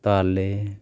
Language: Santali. ᱛᱟᱞᱮ